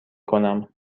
کنم